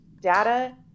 data